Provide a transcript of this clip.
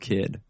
Kid